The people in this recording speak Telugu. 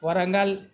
వరంగల్